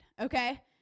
okay